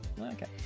okay